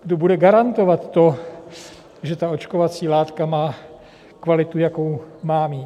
Kdo bude garantovat to, že ta očkovací látka má kvalitu, jakou má mít?